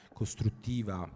costruttiva